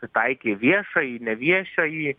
pritaikė viešąjį neviešąjį